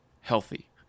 healthy